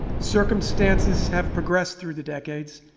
circumstances have progressed through the decades,